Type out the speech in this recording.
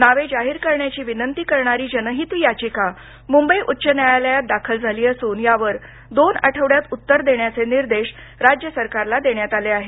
नावे जाहीर करण्याची विनंती करणारी जनहित याचिका मुंबई उच्च न्यायालयात दाखल झाली असून यावर दोन आठवड्यात उत्तर देण्याचे निर्देश राज्य सरकारला देण्यात आले आहेत